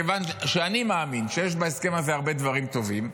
כיוון שאני מאמין שיש בהסכם הזה הרבה דברים טובים,